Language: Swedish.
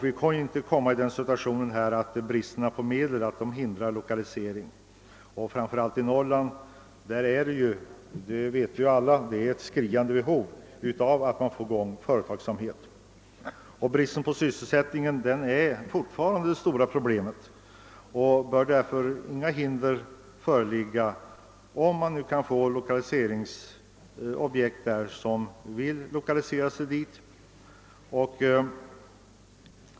Vi får inte komma i den situationen att bristen på medel utgör ett hinder för lokalisering. Detta gäller framför allt Norrland, eftersom där föreligger ett skriande behov av att man verkligen får i gång företagsamheten. Bristen på sysselsättning är fortfarande det stora problemet, och inga hinder bör därför föreligga om man kan få objekt som vill lokalisera sig dit.